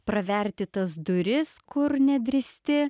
praverti tas duris kur nedrįsti